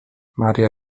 maria